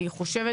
אני חושבת